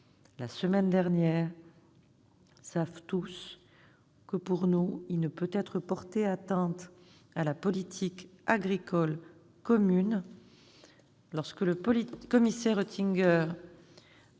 la semaine dernière, savent tous que, pour nous, il ne peut être porté atteinte à la politique agricole commune. Lorsque le commissaire Oettinger